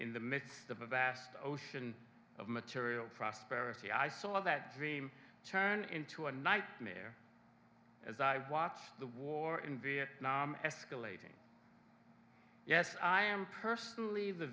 in the midst of a vast ocean of material prosperity i saw that dream turned into a nightmare as i watched the war in vietnam escalating yes i am personally the